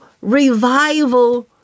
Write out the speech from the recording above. revival